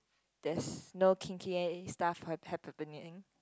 there's no kinky stuff hap~ happe~ happening